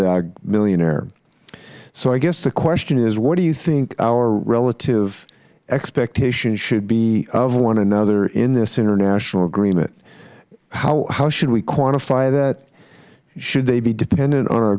dog millionaire so i guess the question is what do you think our relative expectations should be of one another in this international agreement how should we quantify that should they be dependent on our